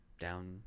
down